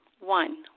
one